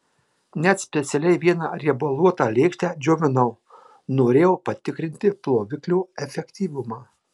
net specialiai vieną riebaluotą lėkštę džiovinau norėjau patikrinti ploviklio efektyvumą